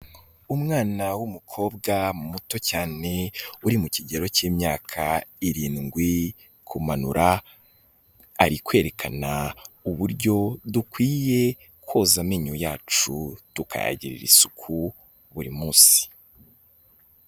Umwana w'umukobwa muto cyane uri mu kigero k'imyaka irindwi kumanura, ari kwerekana uburyo dukwiye koza amenyo yacu tukayagirira isuku buri munsi.